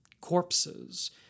corpses